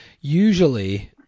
usually